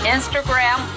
Instagram